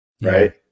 right